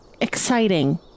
exciting